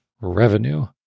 revenue